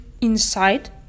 inside